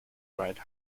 ride